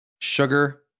sugar